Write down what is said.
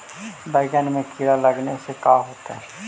बैंगन में कीड़े लगने से का होता है?